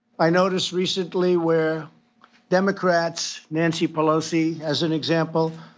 i noticed recently where democrats, nancy pelosi as an example,